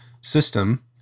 system